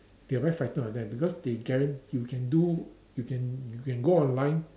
they are very frightened of them because they guran~ you can do you can you can go online